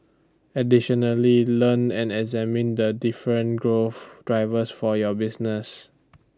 additionally learn and examine the different growth drivers for your business